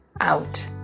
out